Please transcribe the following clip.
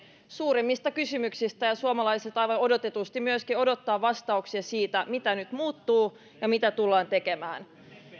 suurimmista kysymyksistä ja ja suomalaiset aivan odotetusti myöskin odottavat vastauksia siihen mikä nyt muuttuu ja mitä tullaan tekemään